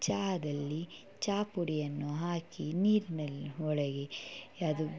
ಚಹದಲ್ಲಿ ಚಹ ಪುಡಿಯನ್ನು ಹಾಕಿ ನೀರಿನಲ್ಲಿ ಒಳಗೆ ಅದು